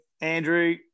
Andrew